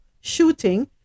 shooting